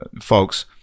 folks